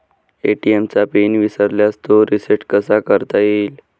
ATM चा pin विसरल्यास तो रिसेट कसा करता येईल?